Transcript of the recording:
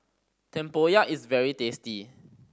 tempoyak is very tasty